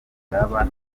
ndaba